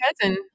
cousin